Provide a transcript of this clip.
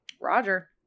Roger